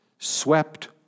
swept